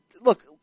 look